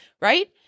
Right